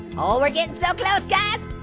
oh we're getting so close, guys.